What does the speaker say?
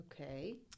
Okay